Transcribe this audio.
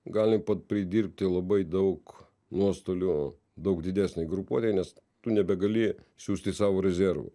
gali pridirbti labai daug nuostolių daug didesnei grupuotei nes tu nebegali siųsti savo rezervų